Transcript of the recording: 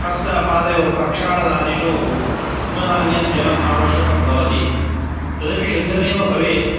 हस्तपादयोः प्रक्षालनादिषु पुनः अन्यद् जलम् आवश्यकं भवति तदपि शुद्धमेव भवेत्